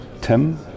TIM